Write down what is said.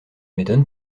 m’étonne